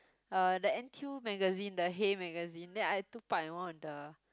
uh the N_T_U magazine the Hey magazine then I took part in one of the